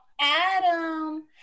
Adam